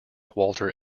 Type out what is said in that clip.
walter